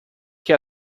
que